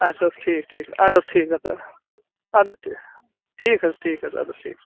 اَچھا حظ ٹھیٖک ٹھیٖک اَدٕ حظ ٹھیٖک اَدٕ اَدٕ حظ ٹھیٖک ٹھیٖک حظ ٹھیٖک حظ اَدٕ حظ ٹھیٖک